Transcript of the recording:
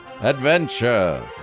Adventure